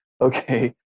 okay